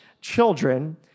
children